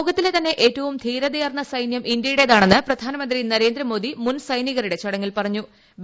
ലോകത്തിലെ തന്നെ ഏറ്റവും ധ്യൂര്ത്യാ്ർന്ന സൈന്യം ഇന്ത്യയുടേതാണെന്ന് പ്രധാന്മന്ത്രി നരേന്ദ്രമോദി മുൻ സൈനികരുടെ ചടങ്ങിൽ പ്പറ്റ്ഞ്ഞു